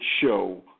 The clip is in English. show